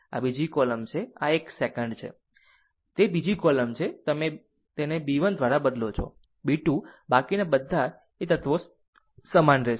આ બીજી કોલમ છે આ એક સેકંડ છે આ તે બીજી કોલમ છે આ તે તમે b 1 દ્વારા બદલો છો b 2 બાકીના બધા ઓ તત્વ સમાન રહેશે